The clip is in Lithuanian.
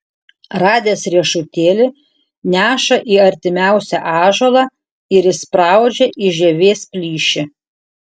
radęs riešutėlį neša į artimiausią ąžuolą ir įspraudžia į žievės plyšį